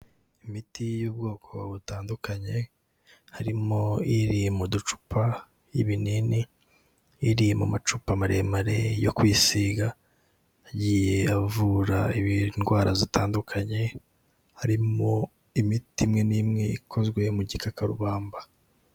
Imiti y'ubwoko butandukanye harimo iri mu ducupa y'ibinini, iri mu macupa maremare yo kwisiga agiye avura indwara zitandukanye harimo imiti imwe n'imwe ikozwe mu gikakarubamba.